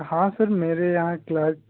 हाँ सर मेरे यहाँ क्लर्क